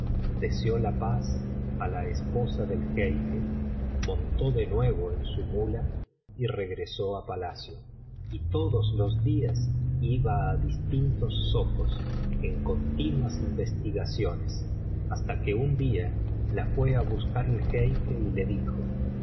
deseó la paz á la esposa del jeique montó de nuevo en su muía y regresó á palacio y todos los días iba á distintos zocos en continuas investigaciones hasta que un día la fué á buscar el jeique y le dijo